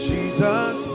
Jesus